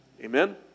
Amen